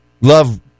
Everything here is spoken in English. love